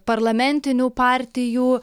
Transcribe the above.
parlamentinių partijų